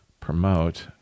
promote